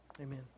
Amen